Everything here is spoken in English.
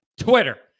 Twitter